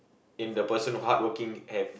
and the person hardworking and